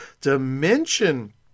dimension